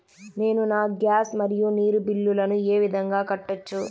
నేను నా గ్యాస్, మరియు నీరు బిల్లులను ఏ విధంగా కట్టొచ్చు?